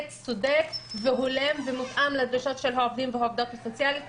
צודק והולם שמותאם לדרישות של העובדות והעובדים הסוציאליים.